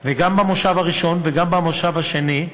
גם במושב הראשון וגם במושב השני,